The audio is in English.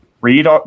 read